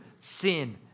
sin